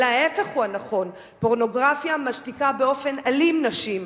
אלא ההיפך הוא הנכון: פורנוגרפיה משתיקה באופן אלים נשים,